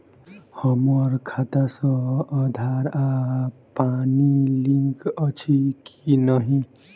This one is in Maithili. हम्मर खाता सऽ आधार आ पानि लिंक अछि की नहि?